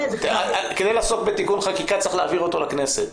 כדי לעסוק בתיקון חקיקה, צריך להעביר אותו לכנסת.